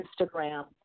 Instagram